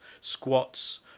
squats